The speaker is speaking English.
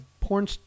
porn